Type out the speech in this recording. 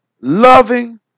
loving